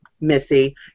Missy